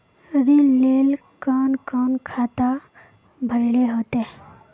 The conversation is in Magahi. ऋण लेल कोन कोन खाता भरेले होते?